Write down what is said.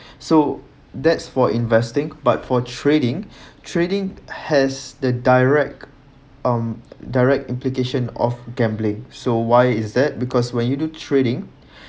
so that's for investing but for trading trading has the direct um direct implication of gambling so why is that because when you do trading